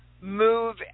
move